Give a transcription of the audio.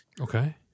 Okay